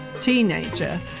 teenager